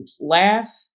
laugh